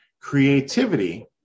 creativity